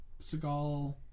Seagal